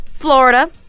Florida